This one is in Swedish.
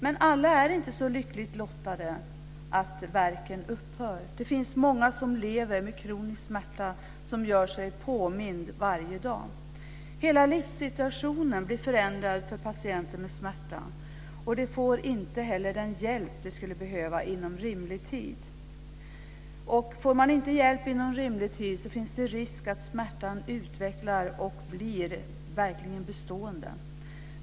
Men alla är inte så lyckligt lottade att värken upphör. Det finns många som lever med kronisk smärta som gör sig påmind varje dag. Hela livssituationen blir förändrad för patienter med smärta. Får de inte hjälp inom rimlig tid finns det risk att smärtan utvecklar sig och blir bestående.